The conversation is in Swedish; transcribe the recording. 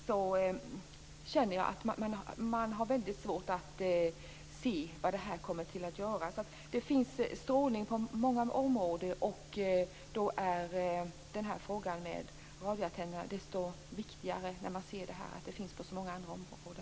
Jag känner att det är väldigt svårt att se vad det här kommer att betyda. Det finns alltså strålning på många områden, och när man ser det blir frågan om radioantennerna desto viktigare.